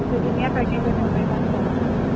ਤੁਸੀਂ ਜਿੰਨੀਆਂ ਪੈਕਿੰਗ ਕਿਹਾ ਅਸੀਂ ਉਨੀਆਂ ਹੀ ਤੁਹਾਨੂੰ ਪਾ ਦੇਵਾਂਗੇ